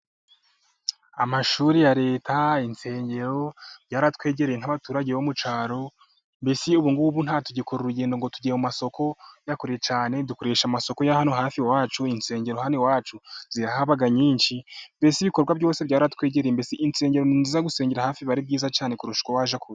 Amashuri ya Leta , insengero byaratwegereye nk'abaturage bo mu cyaro mbese ubu ngubu ntabwo tugikora urugendo ngo tugiye mu masoko ya kure cyane. Dukoresha amasoko y'ahano hafi iwacu, insengero hano iwacu zirahaba nyinshi mbese ibikorwa byose byaratwegereye mbese insengero nziza, gusengera hafi biba ari byiza cyane kurusha uko wajya kure.